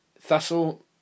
Thistle